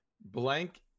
Blank